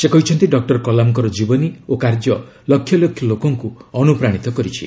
ସେ କହିଛନ୍ତି ଡକ୍ଟର କଲାମଙ୍କର ଜୀବନୀ ଓ କାର୍ଯ୍ୟ ଲକ୍ଷଲକ୍ଷ ଲୋକଙ୍କୁ ଅନୁପ୍ରାଣୀତ କରିଛି